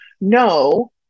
No